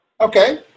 Okay